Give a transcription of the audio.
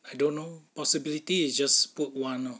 I don't know possibility is just book one lor